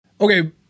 Okay